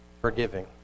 Forgiving